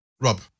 Rob